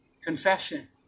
Confession